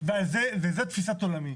תפיסת עולמי,